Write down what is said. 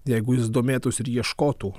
jeigu jis domėtųsi ir ieškotų